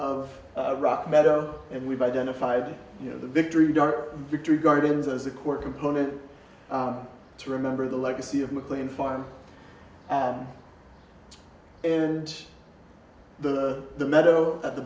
of rock meadow and we've identified you know the victory dar victory gardens as a core component to remember the legacy of mclean fire and the the meadow at the